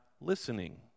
listening